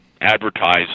advertise